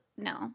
no